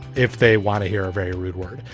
if they want to hear a very rude word,